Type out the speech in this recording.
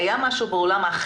קיים משהו בעולם,